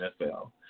NFL